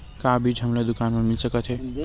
का बीज हमला दुकान म मिल सकत हे?